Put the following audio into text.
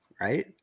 right